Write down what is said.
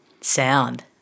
sound